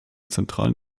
zentralen